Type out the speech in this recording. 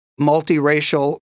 multiracial